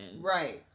Right